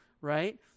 right